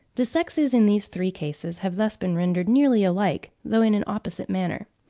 the sexes in these three cases have thus been rendered nearly alike, though in an opposite manner.